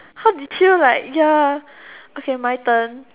how did you like ya okay my turn